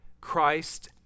Christ